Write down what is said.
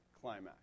climax